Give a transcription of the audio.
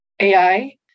AI